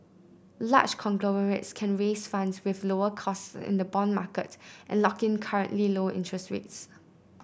large conglomerates can raise funds with lower costs in the bond market and lock in currently low interest rates